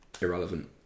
irrelevant